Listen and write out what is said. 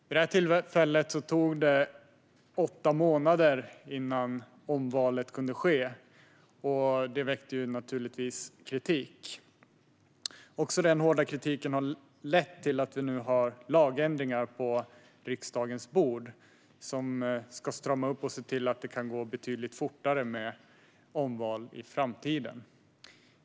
Vid det här tillfället tog det åtta månader innan omvalet kunde ske, något som väckte kritik. Denna hårda kritik har nu lett till att vi har lagändringar på riksdagens bord som ska strama upp och se till att det kan gå betydligt fortare med omval i framtiden.